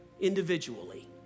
individually